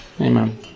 Amen